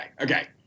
Okay